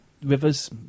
Rivers